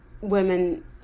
women